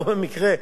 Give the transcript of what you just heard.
לא במקרה,